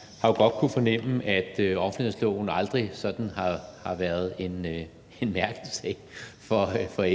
Jeg har jo godt kunnet fornemme, at offentlighedsloven aldrig sådan har været en mærkesag for